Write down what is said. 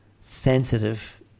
sensitive